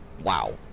wow